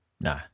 No